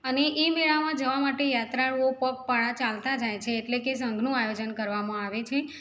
અને એ મેળામાં જવા માટે યાત્રાળુઓ પગપાળા ચાલતાં જાય છે એટલે કે સંઘનું આયોજન કરવામાં આવે છે